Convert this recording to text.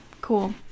cool